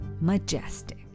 majestic